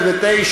37,